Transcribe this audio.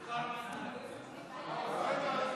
חברי הכנסת,